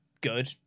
good